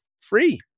free